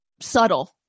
subtle